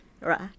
right